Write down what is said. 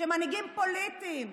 שמנהיגים פוליטיים,